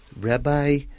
Rabbi